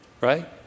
right